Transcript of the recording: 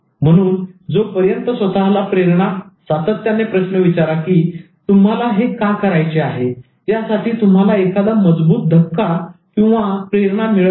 म्हणून जोपर्यंत स्वतःला सातत्याने प्रश्न विचारा की तुम्हाला हे का करायचे आहे यासाठी तुम्हाला एखादा मजबूत धक्का किंवा प्रेरणा मिळत नाही